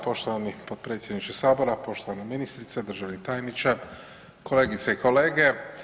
Poštovani potpredsjedniče Sabora, poštovana ministrice, državni tajniče, kolegice i kolege.